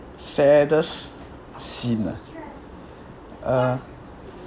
saddest scene ah uh